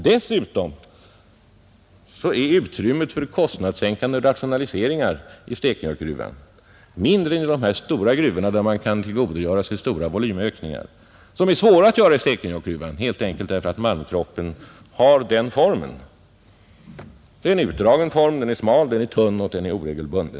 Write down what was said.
Dessutom är utrymmet för kostnadssänkande rationaliseringar vid Stekenjokkgruvan mindre än i de stora gruvorna, där man kan tillgodogöra sig stora volymökningar som är svåra att göra i Stekenjokkgruvan helt enkelt därför att malmkroppen har den form den har. Den är utdragen, tunn och oregelbunden.